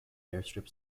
airstrip